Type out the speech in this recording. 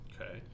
Okay